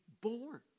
born